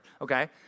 okay